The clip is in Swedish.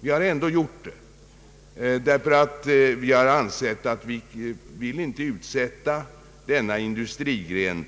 Vi har ändå vidtagit importreglerande åtgärder därför att vi har velat ge denna industrigren